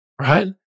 right